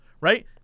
right